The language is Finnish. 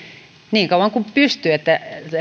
niin kauan kuin se pystyy